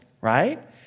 right